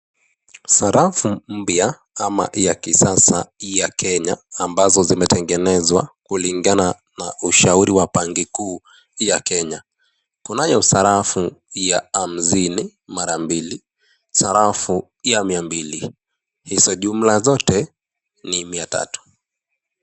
Sarafu mpya ama ya kisasa ya Kenya ambazo zimetengenezwa kulingana na ushauri wa banki kuu ya Kenya. Kunayo sarafu ya hamsini mara mbili, sarafu ya mia mbili. Hizo jumla zote ni mia tatu.